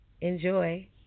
Enjoy